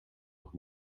noch